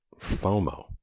FOMO